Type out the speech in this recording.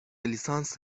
لیسانست